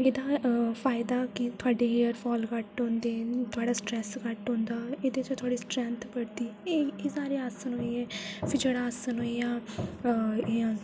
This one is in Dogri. एह्दा फायदा केह् थुआढ़े हेयरफॉल घट्ट होंदे थुआढ़ा स्ट्रैस घट्ट होंदा एह्दे च थुआढ़ी स्ट्रैंथ बधदी एह् साढ़े आसन होइये फिर जेह्ड़ा आसन होइया अ जि'यां